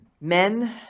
Men